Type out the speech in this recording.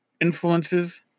influences